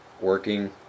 working